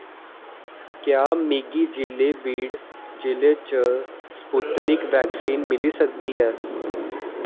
क्या मिगी जि'ले बीड जि'ले च स्पुत्निक वैक्सीन मिली सकदी ऐ